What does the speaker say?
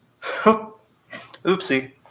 Oopsie